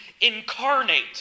incarnate